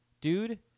dude